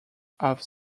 have